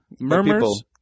Murmurs